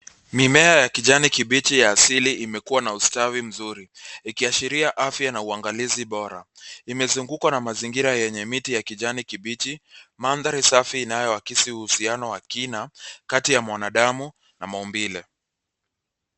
Mimea ya kijani kibichi ya asili imekua na ustawi mzuri ikiashiria afya na uangalizi bora. Imezungukwa na mazingira yenye miti ya kijani kibichi. Mandhari safi inayoakisi uhusiano wa kina kati ya mwanadamu na maumbile.